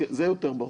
זה יותר ברור.